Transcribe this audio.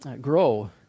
grow